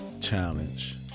challenge